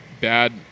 bad